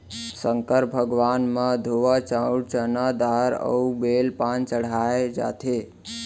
संकर भगवान म धोवा चाउंर, चना दार अउ बेल पाना चड़हाए जाथे